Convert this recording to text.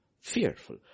fearful